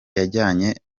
yajyanye